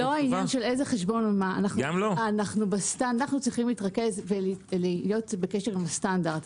אנחנו צריכים להיות בקשר עם הסטנדרט.